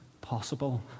possible